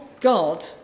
God